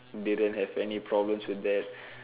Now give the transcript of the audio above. didn't have any problems with that